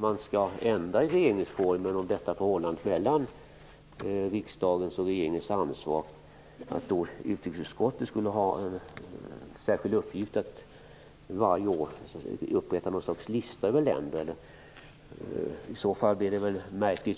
man skall ändra i regeringsformen vad gäller förhållandet mellan riksdagens och regeringens ansvar, så att utrikesutskottet skulle ha till särskild uppgift att varje år upprätta något slags lista över länder? I så fall blir det väldigt märkligt.